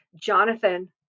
Jonathan